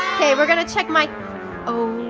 kay, we're gonna check my oh.